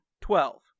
twelve